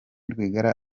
rwigara